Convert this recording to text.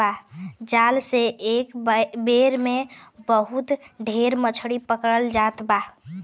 जाल से एक बेर में खूब ढेर मछरी पकड़ल जात बा